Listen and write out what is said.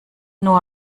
nur